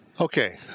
Okay